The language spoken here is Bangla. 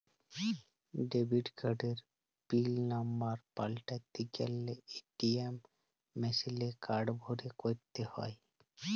ডেবিট কার্ডের পিল লম্বর পাল্টাতে গ্যালে এ.টি.এম মেশিলে কার্ড ভরে ক্যরতে হ্য়য়